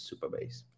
Superbase